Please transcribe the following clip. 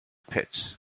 pits